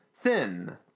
thin